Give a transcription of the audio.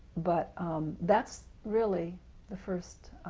but that's really the first